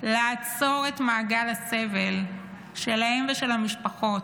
לעצור את מעגל הסבל שלהם ושל המשפחות,